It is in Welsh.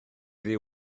ddi